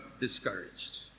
discouraged